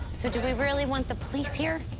so do we really want the police here?